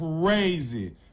crazy